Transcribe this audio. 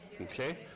Okay